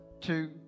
two